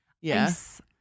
Yes